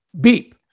beep